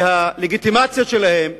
ואת הלגיטימציות שלהן,